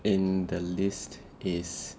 in the list is